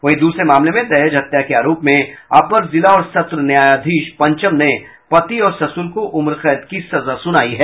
वहीं दूसरे मामले में दहेज हत्या के आरोप में अपर जिला और सत्र न्यायाधीश पंचम ने पति और ससुर को उम्र कैद की सजा सुनाई है